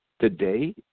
Today